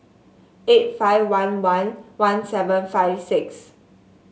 eight five one one one seven five six